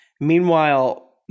Meanwhile